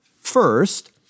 First